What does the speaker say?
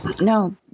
No